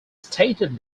stated